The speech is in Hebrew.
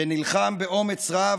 שנלחם באומץ רב,